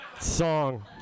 song